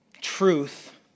truth